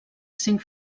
cinc